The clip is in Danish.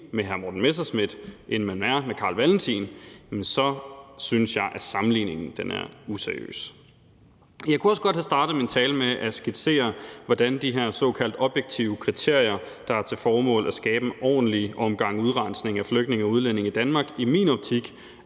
med hr. Morten Messerschmidt, end man er med Carl Valentin, så synes jeg, at sammenligningen er useriøs. Jeg kunne også godt have startet min tale med at skitsere, hvordan de her såkaldt objektive kriterier, der har til formål at skabe en ordentlig omgang udrensning af flygtninge og udlændinge i Danmark, i min optik